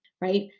right